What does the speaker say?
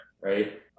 right